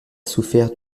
souffert